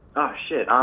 ah shit,